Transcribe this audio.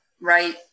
right